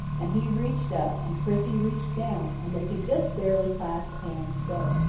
and he reached up and prissy reached down, and they could just barely clasp hands so.